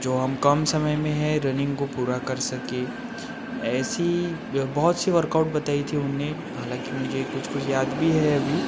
जो हम कम समय में है रनिंग को पूरा कर सके ऐसी ब्य बहुत सी वर्कआउट बताई थी उन्ने हालांकि मुझे कुछ कुछ याद भी है अभी